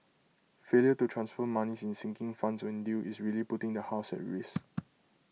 failure to transfer monies in sinking funds when due is really putting the house at risk